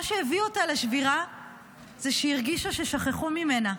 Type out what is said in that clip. מה שהביא אותה לשבירה זה שהיא הרגישה ששכחו ממנה,